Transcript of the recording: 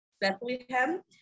Bethlehem